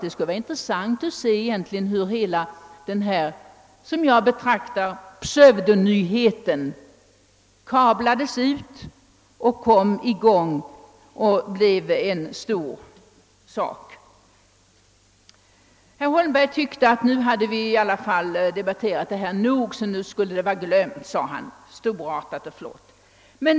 Det skulle vara intressant att se hur hela denna låt mig säga pseudonyhet kablades ut och så småningom blev en stor sak. Herr Holmberg ansåg att nu hade denna fråga debatterats tillräckligt så nu kunde saken vara glömd.